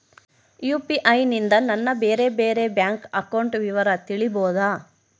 UPI ನಿಂದ ನನ್ನ ಬೇರೆ ಬೇರೆ ಬ್ಯಾಂಕ್ ಅಕೌಂಟ್ ವಿವರ ತಿಳೇಬೋದ?